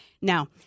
Now